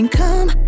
come